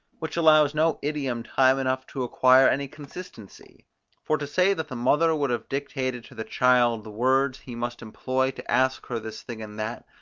which allows no idiom time enough to acquire any consistency for to say that the mother would have dictated to the child the words he must employ to ask her this thing and that,